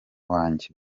wanjye